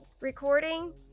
recording